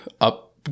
up